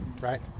right